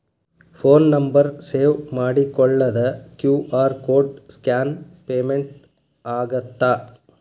Phone number save ಮಾಡಿಕೊಳ್ಳದ QR code scan payment ಆಗತ್ತಾ?